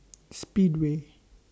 Speedway